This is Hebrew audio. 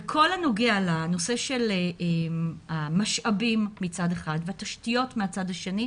בכל הנוגע לנושא של המשאבים מצד אחד והתשתיות מצד שני,